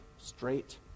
straight